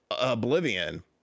Oblivion